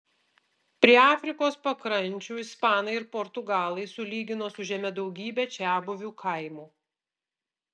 prie afrikos pakrančių ispanai ir portugalai sulygino su žeme daugybę čiabuvių kaimų